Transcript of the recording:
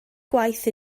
gwaith